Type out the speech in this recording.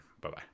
Bye-bye